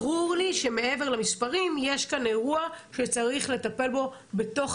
ברור לי שמעבר למספרים יש כאן אירוע שצריך לטפל בו בתוך